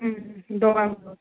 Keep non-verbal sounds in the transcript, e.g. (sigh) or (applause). হুম (unintelligible)